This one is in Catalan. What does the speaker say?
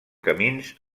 camins